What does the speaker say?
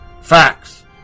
facts